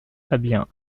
fabien